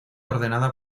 ordenada